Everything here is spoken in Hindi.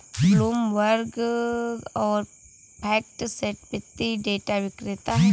ब्लूमबर्ग और फैक्टसेट वित्तीय डेटा विक्रेता हैं